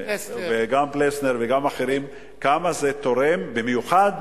גם פלסנר וגם אחרים, כמה זה תורם, במיוחד,